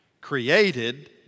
Created